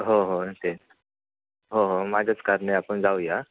हो हो तेच हो हो माझ्याच कारने आपण जाऊया